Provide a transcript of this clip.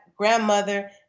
Grandmother